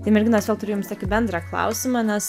tai merginos vėl turiu jums tokį bendrą klausimą nes